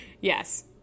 Yes